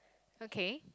okay